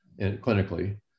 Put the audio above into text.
clinically